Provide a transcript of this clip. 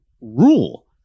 rule